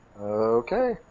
Okay